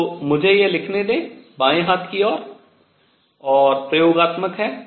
तो मुझे यह लिखने दें बायें हाथ की और प्रयोगात्मक है